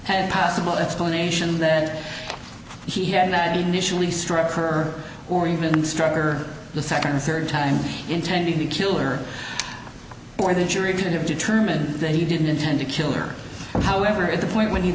ten possible explanation that he had that initially struck her or even stronger the second or third time intending to kill her or the jury to determine that he didn't intend to kill her however at the point when he